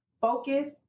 focus